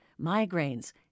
migraines